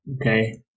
Okay